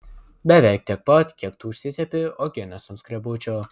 beveik tiek pat kiek tu užsitepi uogienės ant skrebučio